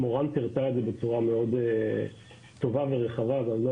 מורן פירטה את זה בצורה טובה ורחבה ואני לא